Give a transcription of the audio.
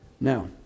Now